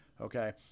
Okay